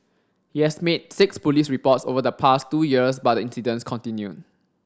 he has made six police reports over the past two years but the incidents continued